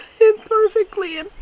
imperfectly